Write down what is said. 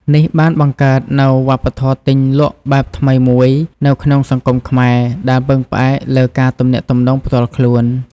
នេះបានបង្កើតនូវវប្បធម៌ទិញលក់បែបថ្មីមួយនៅក្នុងសង្គមខ្មែរដែលពឹងផ្អែកលើការទំនាក់ទំនងផ្ទាល់ខ្លួន។